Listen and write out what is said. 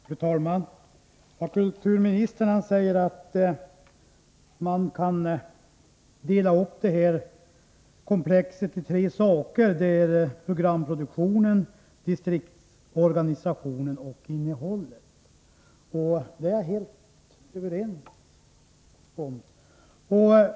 Fru talman! Kulturministern säger att man kan dela upp det här komplexet i tre olika företeelser: programproduktionen, distriktsorganisationen och innehållet. Jag är helt ense med honom om det.